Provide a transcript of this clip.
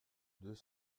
deux